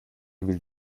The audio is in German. will